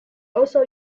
also